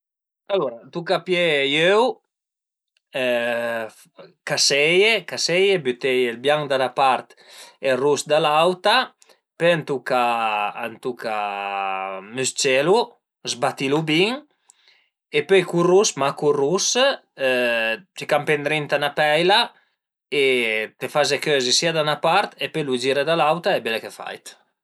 Alura a tuca pié i öu, caseie caseie, büteie ël bianch da 'na part e ël rus da l'auta, pöi a tuca a tuca mës-celu, zbatilu bin e pöi cun ël rus, mach cun ël rus t'ie campe ëndrinta 'na peila e t'ie faze cözi sia da 'na part e pöi li gire da l'auta e al e bele che fait